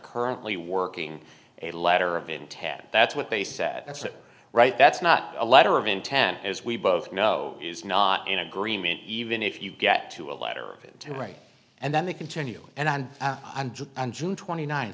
currently working a letter of intent that's what they said that's right that's not a letter of intent as we both know is not in agreement even if you get to a letter of intent right and then they continue and i'm on june twenty nin